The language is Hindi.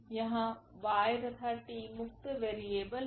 यहाँ y तथा t मुक्त वेरिएबल है